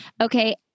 Okay